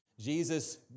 Jesus